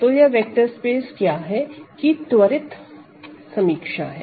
तो यह vector space क्या है की त्वरित समीक्षा है